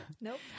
Nope